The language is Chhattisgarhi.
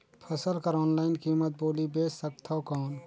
फसल कर ऑनलाइन कीमत बोली बेच सकथव कौन?